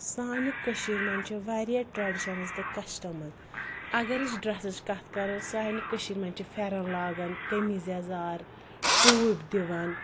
سانہِ کٔشیٖر منٛز چھِ واریاہ ٹرٛیڈِشَنٕز تہٕ کَسٹَمٕز اگر أسۍ ڈرٛسٕچ کَتھ کَرو سانہِ کٔشیٖرِ منٛز چھِ پھٮ۪رَن لاگان قٔمیٖز یَزار ٹوٗپۍ دِوان